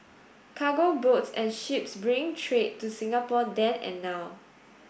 cargo boats and ships bringing trade to Singapore then and now